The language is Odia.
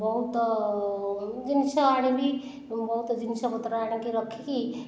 ବହୁତ ଜିନିଷ ଆଣିବି ବହୁତ ଜିନିଷ ପତ୍ର ଆଣିକି ରଖିକି